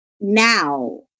now